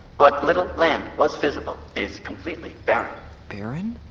what little land was visible is completely barren barren?